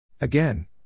Again